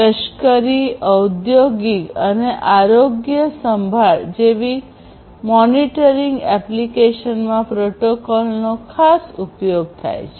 લશ્કરી ઔદ્યોગિક અને આરોગ્ય સંભાળ જેવી મોનિટરિંગ એપ્લિકેશનમાં પ્રોટોકોલનો ખાસ ઉપયોગ થાય છે